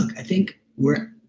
i think we're.